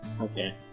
Okay